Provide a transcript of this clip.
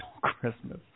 Christmas